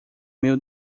meu